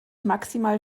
maximal